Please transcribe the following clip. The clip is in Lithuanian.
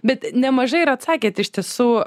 bet nemažai ir atsakėt iš tiesų